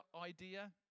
idea